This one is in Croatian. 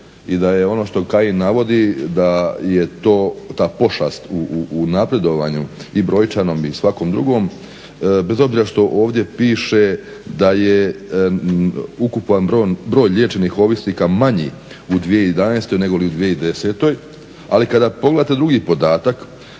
i da je ono što Kajin navodi da je to ta pošast u napredovanju i brojčanom i svakom drugom bez obzira što ovdje piše da je ukupan broj liječenih ovisnika manji u 2011. negoli u 2010., ali kada pogledate drugi podatak,